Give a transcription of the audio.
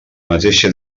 mateixa